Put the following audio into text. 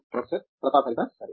professor Pratap Haridas సరే